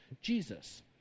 jesus